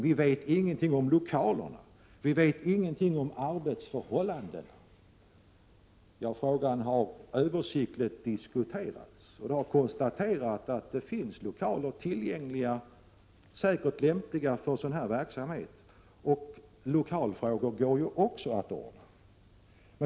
Vi vet ingenting om lokalerna, heter det. Vi vet ingenting om arbetsförhållandena. Den frågan har översiktligt diskuterats, och det har konstaterats att det finns lokaler tillgängliga som säkert är lämpliga för verksamheten. Så lokalfrågorna går att ordna.